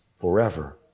forever